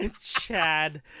Chad